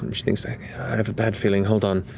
um she thinks. i have a bad feeling, hold on.